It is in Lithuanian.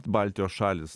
baltijos šalys